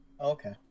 Okay